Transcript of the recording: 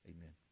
Amen